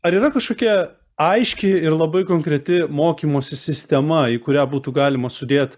ar yra kažkokie aiški ir labai konkreti mokymosi sistema į kurią būtų galima sudėt